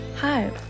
Hi